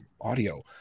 audio